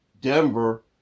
Denver